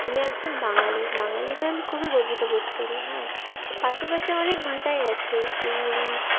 আমি একজন বাঙালি বাঙালি হয়ে আমি খুবই গর্বিত বোধ করি হ্যাঁ পাশে পাশে অনেক ভাষাই আছে ইংলিশ